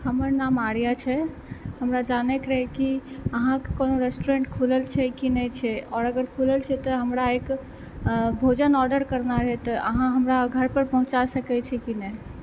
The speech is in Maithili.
हमर नाम आर्या छै हमरा जानै के रहै की अहाँके कोनो रेस्टुरेन्ट खुलल छै की नहि छै आओर अगर खुलल छै तऽ हमरा एक भोजन आर्डर करना रहै तऽ अहाँ हमरा घर पर पहुँचा सकै छी की नहि